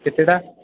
କେତେଟା